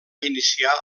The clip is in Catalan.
iniciar